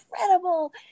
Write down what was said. incredible